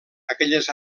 aquelles